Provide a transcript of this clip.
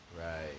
Right